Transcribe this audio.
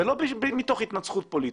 ולא מתוך התנצחות פוליטית.